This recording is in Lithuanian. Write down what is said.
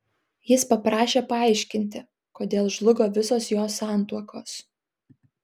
jis paprašė paaiškinti kodėl žlugo visos jos santuokos